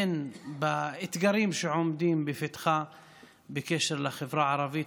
הן באתגרים שעומדים לפתחה בקשר לחברה הערבית